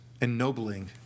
Ennobling